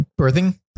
birthing